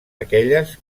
aquelles